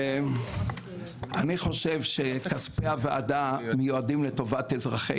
אני חושב שכספי הוועדה מיועדים לטובת אזרחי